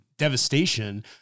devastation